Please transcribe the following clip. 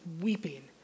weeping